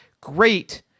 great